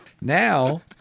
now